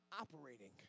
operating